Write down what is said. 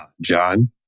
John